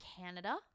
Canada